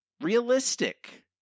Realistic